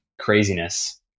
craziness